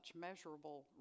measurable